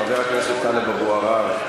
חבר הכנסת טלב אבו עראר.